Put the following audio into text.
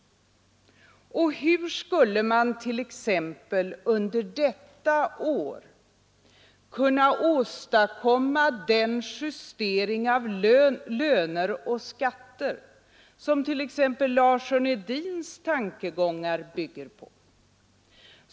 Och hur skall man t.ex. under detta år kunna åstadkomma den justering av löner och skatter som t.ex. Larsson—-Hedins tankegångar bygger på?